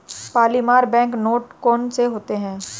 polymer bank note कौन से होते हैं